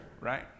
right